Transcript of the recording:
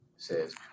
says